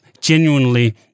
genuinely